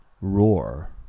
roar